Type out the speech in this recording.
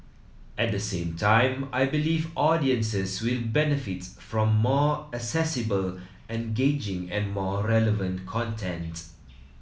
at the same time I believe audiences will benefit from more accessible engaging and more relevant content